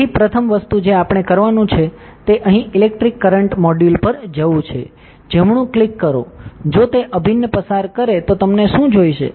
તેથી પ્રથમ વસ્તુ જે આપણે કરવાનું છે તે અહીં ઇલેક્ટ્રિક કરંટ મોડ્યુલ પર જવું છે જમણું ક્લિક કરો જો તે અભિન્ન પસાર કરે તો તમને શું જોઈએ